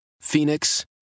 phoenix